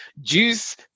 Juice